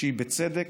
כשהיא בצדק,